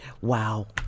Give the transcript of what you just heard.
Wow